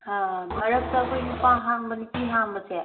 ꯃꯔꯛꯇ ꯑꯩꯈꯣꯏꯒꯤ ꯅꯨꯄꯥ ꯍꯥꯡꯕ ꯅꯨꯄꯤ ꯍꯥꯡꯕꯁꯦ